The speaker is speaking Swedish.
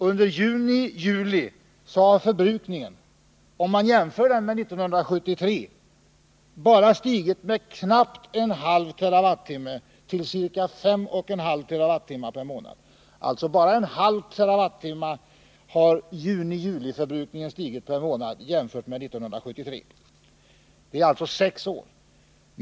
Under juni-juli har förbrukningen —- jämfört med 1973 — bara stigit med knappt 0,5 TWh till ca 5,5 TWh/månad. Det är alltså bara 0,5 TWh ökning på sex år.